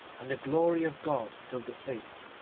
and the glory of god filled the place,